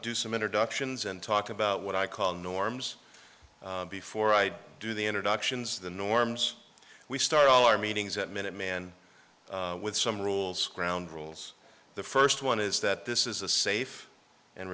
do some introductions and talk about what i call norms before i do the introductions the norms we start all our meetings at minute man with some rules ground rules the first one is that this is a safe and